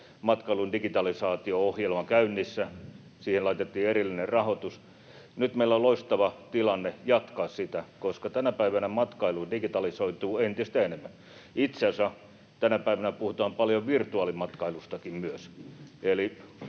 matkailun digitalisaatio-ohjelma käynnissä, siihen laitettiin erillinen rahoitus. Nyt meillä on loistava tilanne jatkaa sitä, koska tänä päivänä matkailu digitalisoituu entistä enemmän. Itse asiassa tänä päivänä puhutaan paljon myös virtuaalimatkailusta, eli